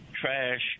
trash